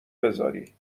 بذاری